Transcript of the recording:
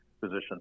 position